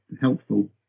helpful